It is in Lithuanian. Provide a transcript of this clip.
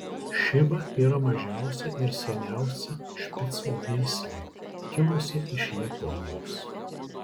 šiba yra mažiausia ir seniausia špicų veislė kilusi iš japonijos